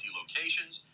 locations